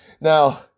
Now